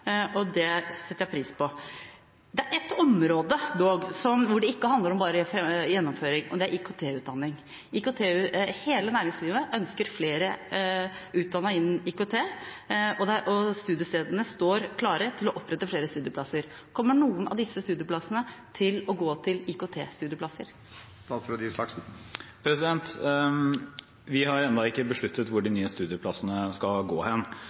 og det setter jeg pris på. Det er dog ett område hvor det ikke bare handler om gjennomføring, og det er IKT-utdanning. Hele næringslivet ønsker flere utdannet innenfor IKT, og studiestedene står klare til å opprette flere studieplasser. Kommer noen av disse studieplassene til å gå til IKT-studieplasser? Vi har ennå ikke besluttet hvor de nye studieplassene skal gå,